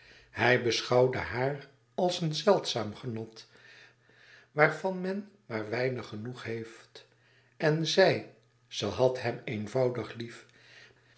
hij beschouwde haar als een zeldzaam genot waarvan men maar weinig noodig heeft en zij ze had hem eenvoudig lief